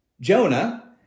Jonah